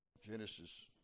Genesis